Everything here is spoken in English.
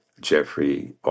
Jeffrey